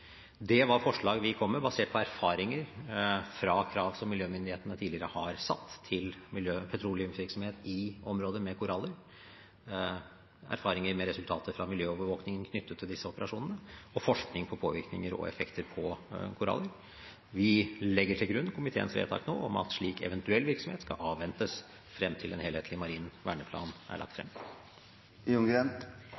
Det var forslag vi kom med basert på erfaringer fra krav som miljømyndighetene tidligere har satt til petroleumsvirksomhet i områder med korallrev – erfaringer med resultater fra miljøovervåkningen knyttet til disse operasjonene og forskning på påvirkninger og effekter på korallrev. Vi legger til grunn komiteens vedtak nå om at slik eventuell virksomhet skal avventes frem til en helhetlig marin verneplan er lagt